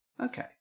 Okay